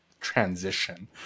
transition